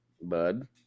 bud